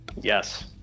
Yes